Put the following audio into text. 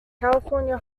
california